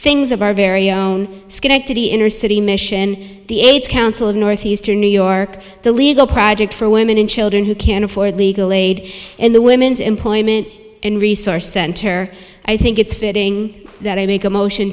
things of our very own inner city mission the aids council of northeastern new york the legal project for women and children who can afford legal aid and the women's employment and resource center i think it's fitting that i make a motion